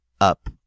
up